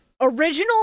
original